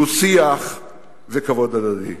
דו-שיח וכבוד הדדי,